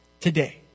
today